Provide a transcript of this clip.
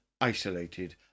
isolated